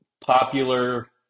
popular